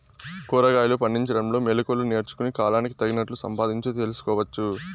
కూరగాయలు పండించడంలో మెళకువలు నేర్చుకుని, కాలానికి తగినట్లు సంపాదించు తెలుసుకోవచ్చు